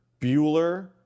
Bueller